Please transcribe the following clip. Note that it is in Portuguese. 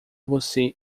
você